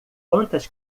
quantas